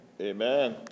Amen